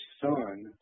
son